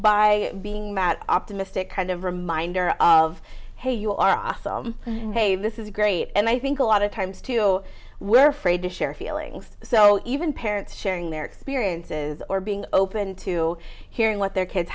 by being that optimistic kind of reminder of hey you are awesome hey this is great and i think a lot of times too we're afraid to share feelings so even parents sharing their experiences or being open to hearing what their kids